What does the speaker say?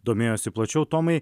domėjosi plačiau tomai